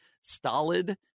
stolid